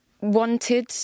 wanted